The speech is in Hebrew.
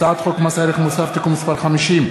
הצעת חוק מס ערך מוסף (תיקון מס' 50),